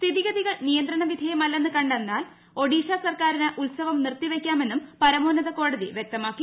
സ്ഥിതിഗതികൾ നിയന്ത്രണ വിധേയമല്ലെന്ന് കണ്ടാൽ ഒഡീഷ സർക്കാരിന് ഉത്സവം നിർത്തി വയ്ക്കാ മെന്നും പരമോന്നത കോടതി വ്യക്തമാക്കി